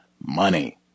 money